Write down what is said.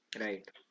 Right